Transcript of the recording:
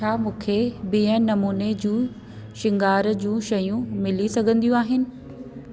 छा मूंखे बिए नमूने जी श्रंगार जूं शयूं मिली सघदियूं आहिनि